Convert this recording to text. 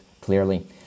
clearly